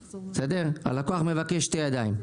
הלקוח מבקש שתי ידיים.